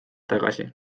tagasi